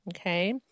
Okay